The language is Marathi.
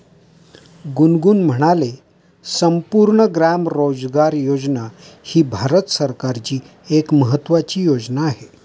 गुनगुन म्हणाले, संपूर्ण ग्राम रोजगार योजना ही भारत सरकारची एक महत्त्वाची योजना आहे